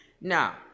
Now